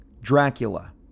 Dracula